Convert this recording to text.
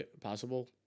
possible